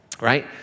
right